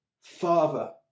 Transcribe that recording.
father